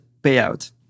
payout